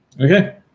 Okay